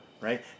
right